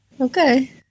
Okay